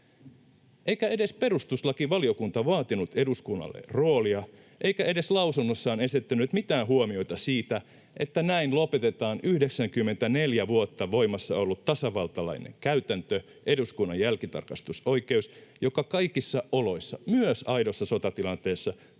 Eikä edes perustuslakivaliokunta vaatinut eduskunnalle roolia eikä edes lausunnossaan esittänyt mitään huomioita siitä, että näin lopetetaan 94 vuotta voimassa ollut tasavaltalainen käytäntö, eduskunnan jälkitarkastusoikeus, joka kaikissa oloissa — myös aidossa sotatilanteessa —